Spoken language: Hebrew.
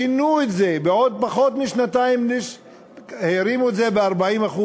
שינו את זה, ובפחות משנתיים הרימו את זה ב-40%,